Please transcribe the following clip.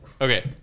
Okay